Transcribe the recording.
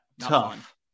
tough